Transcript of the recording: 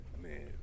Man